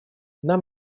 нам